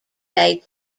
bay